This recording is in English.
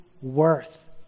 worth